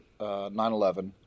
9-11